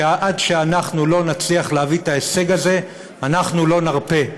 שעד שאנחנו לא נצליח להביא את ההישג הזה אנחנו לא נרפה.